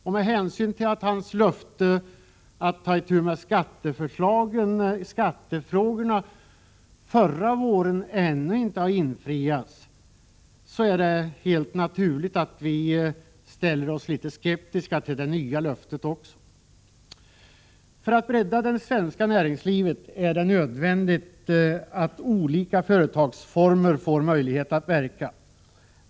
Men med hänsyn till att hans löfte om att ta itu med skattefrågorna förra våren ännu inte infriats är det helt naturligt att vi ställer oss litet skeptiska inför det nya löftet. För att bredda det svenska näringslivet är det nödvändigt att olika företagsformer får möjlighet att verka.